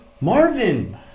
Marvin